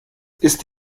ist